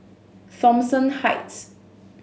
Thomson Heights